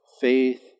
faith